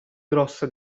grossa